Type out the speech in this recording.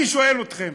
אני שואל אתכם: